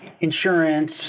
insurance